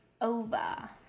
over